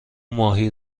ماهی